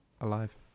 alive